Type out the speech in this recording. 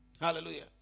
Hallelujah